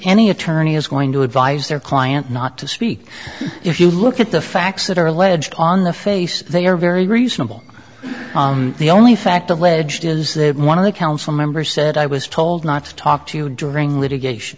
any attorney is going to advise their client not to speak if you look at the facts that are alleged on the face they are very reasonable the only fact alleged is that one of the council members said i was told not to talk to you during litigation